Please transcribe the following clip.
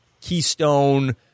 keystone